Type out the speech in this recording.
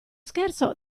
scherzo